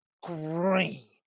green